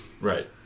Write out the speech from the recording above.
Right